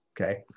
Okay